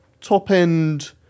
top-end